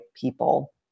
people